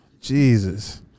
Jesus